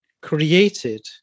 created